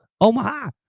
Omaha